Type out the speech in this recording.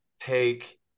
take